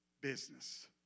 business